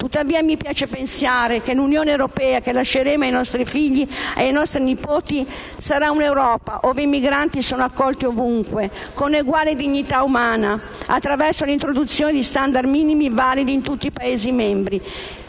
tuttavia mi piace pensare che nell'Unione europea che lasceremo ai nostri figli e ai nostri nipoti i migranti saranno accolti ovunque con eguale dignità umana, attraverso l'introduzione di *standard* minimi validi in tutti i Paesi membri.